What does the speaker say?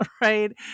right